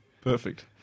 Perfect